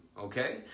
okay